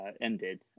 ended